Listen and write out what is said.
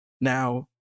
Now